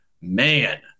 Man